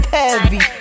heavy